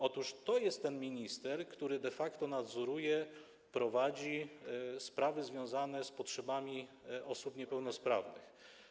Otóż to jest ten minister, który de facto nadzoruje, prowadzi sprawy związane z potrzebami osób niepełnosprawnych.